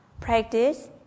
practice